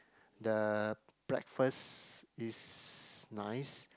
the breakfast is nice